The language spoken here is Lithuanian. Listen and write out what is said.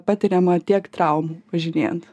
patiriama tiek traumų važinėjant